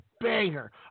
banger